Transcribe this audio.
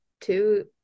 two